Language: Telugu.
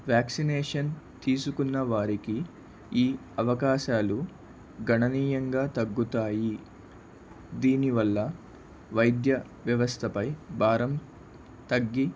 వ్యాక్సినేషన్ తీసుకున్న వారికి ఈ అవకాశాలు గణనీయంగా తగ్గుతాయి దీనివల్ల వైద్య వ్యవస్థపై భారం తగ్గి